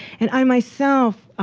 and i, myself,